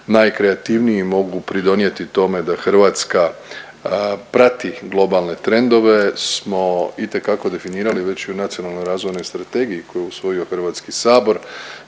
najkreativniji mogu pridonijeti tome da Hrvatska prati globalne trendove smo itekako definirali već i u Nacionalnoj razvojnoj strategiji koju je usvoji Hrvatski sabor.